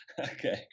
Okay